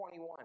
21